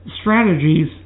strategies